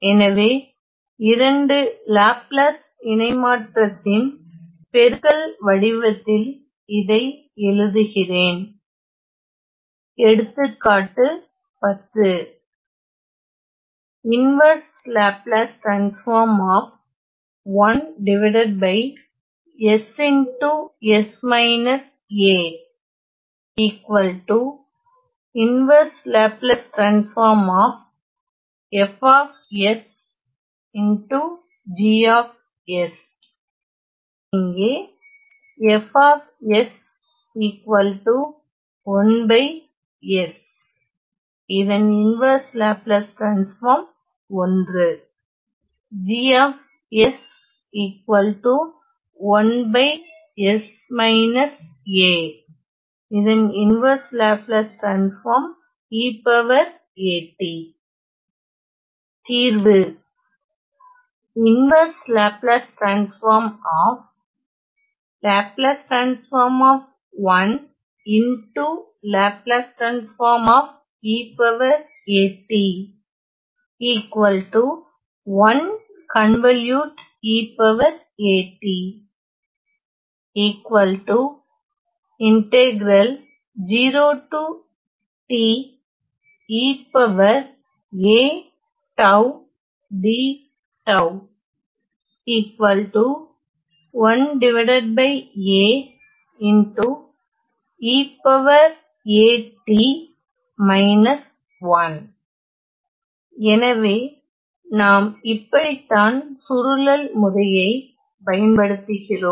எனவே இரண்டு லாப்லாஸ் இணைமாற்றத்தின் பெருக்கல் வடிவத்தில் இதை எழுதுகிறேன் எடுத்துக்காட்டு இங்கே தீர்வு எனவே நாம் இப்படித்தான் சுருளல் முறையை பயன்படுத்துகிறோம்